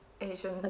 Asian